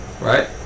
Right